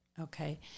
Okay